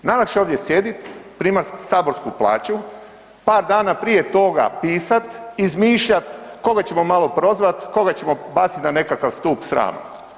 Najlakše je ovdje sjediti, primati saborsku plaću, par dana prije toga pisati, izmišljati koga ćemo malo prozvati, koga ćemo baciti na nekakav stup srama.